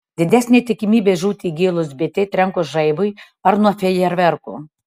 didesnė tikimybė žūti įgėlus bitei trenkus žaibui ar nuo fejerverkų